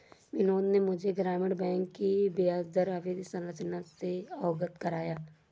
बिनोद ने मुझे ग्रामीण बैंक की ब्याजदर अवधि संरचना से अवगत कराया